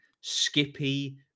skippy